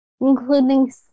including